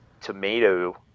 tomato